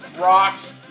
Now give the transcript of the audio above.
rocks